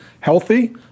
healthy